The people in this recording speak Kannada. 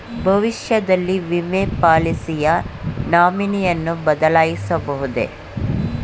ಭವಿಷ್ಯದಲ್ಲಿ ವಿಮೆ ಪಾಲಿಸಿಯ ನಾಮಿನಿಯನ್ನು ಬದಲಾಯಿಸಬಹುದೇ?